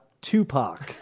Tupac